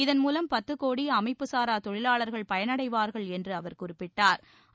இதன் மூவம் பத்து கோடி அமைப்புசாரா தொழிலாளர்கள் பயனடைவார்கள் என்று அவர் குறிப்பிட்டா்